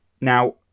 Now